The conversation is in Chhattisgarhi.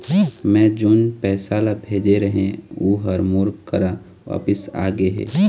मै जोन पैसा ला भेजे रहें, ऊ हर मोर करा वापिस आ गे हे